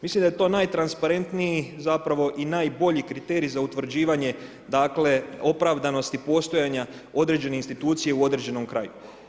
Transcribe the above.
Mislim da je to najtransparentniji zapravo i najbolji kriterij za utvrđivanje opravdanosti postojanja određene institucije u određenom kraju.